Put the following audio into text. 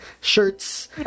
shirts